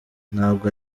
ntabwo